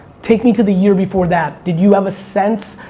take me to the year before that, did you have a sense,